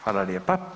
Hvala lijepa.